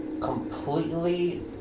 completely